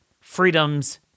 freedoms